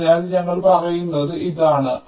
അതിനാൽ ഞങ്ങൾ പറയുന്നത് ഇതാണ്